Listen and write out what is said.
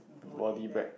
body back